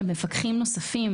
למפקחים נוספים.